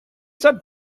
that